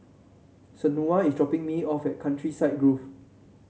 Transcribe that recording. Shaunna is dropping me off at Countryside Grove